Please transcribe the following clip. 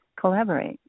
collaborate